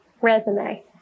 resume